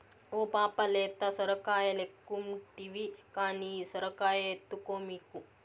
ఓ పాపా లేత సొరకాయలెక్కుంటివి కానీ ఈ సొరకాయ ఎత్తుకో మీకు